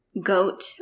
Goat